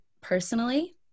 personally